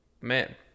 Man